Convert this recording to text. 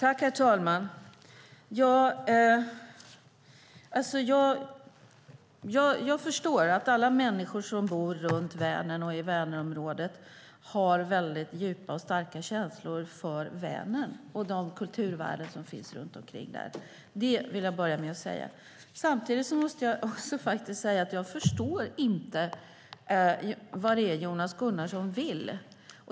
Herr talman! Jag förstår att alla de som bor runt Vänern och i Vänernområdet har djupa och starka känslor för Vänern och de kulturvärden som finns däromkring. Det vill jag till att börja med säga. Samtidigt måste jag säga att jag inte förstår vad Jonas Gunnarsson vill.